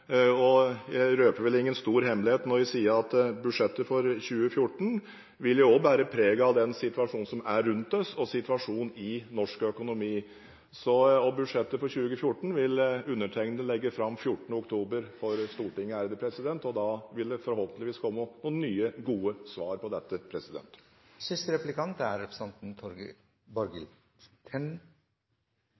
og jeg røper vel ingen stor hemmelighet når jeg sier at budsjettet for 2014 også vil bære preg av den situasjonen som er rundt oss, og situasjonen i norsk økonomi. Budsjettet for 2014 vil undertegnede legge fram 14. oktober for Stortinget, og da vil det forhåpentligvis komme noen nye gode svar på dette. Det går godt i Norge, og vi har stor handlefrihet, men likevel er